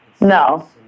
No